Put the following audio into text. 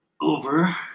over